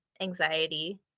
anxiety